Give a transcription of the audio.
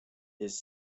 his